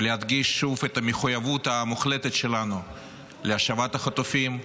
ולהדגיש שוב את המחויבות המוחלטת שלנו להשבת החטופים.